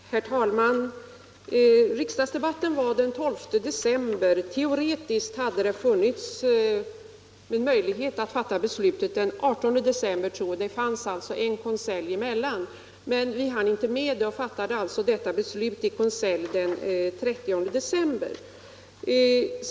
Skr Herr talman! Riksdagsdebatten hölls den 12 december. Teoretiskt hade Om bistånd med det funnits en möjlighet att fatta beslutet den 18 december. Det låg svenskt veteöveralltså en konselj emellan. Men vi hann inte med det och fattade alltså — skott åt hungrande beslut i konselj den 30 december.